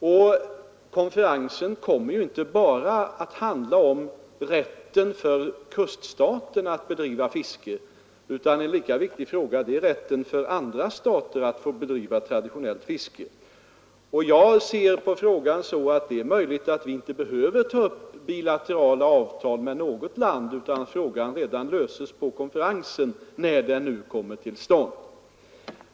Och konferensen kommer inte bara att handla om rätten för kuststaterna att bedriva fiske, utan en lika viktig fråga är rätten för andra stater att få bedriva traditionellt fiske. Jag ser på frågan så att det är möjligt att vi inte behöver ta upp bilaterala avtal med något land utan att frågan löses på konferensen — när den nu kommer till stånd.